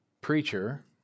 preacher